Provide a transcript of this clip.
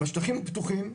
בשטחים הפתוחים,